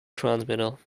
transmitter